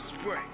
spray